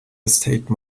estate